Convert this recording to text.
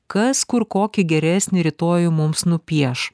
kas kur kokį geresnį rytojų mums nupieš